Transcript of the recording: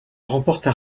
remporta